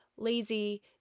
lazy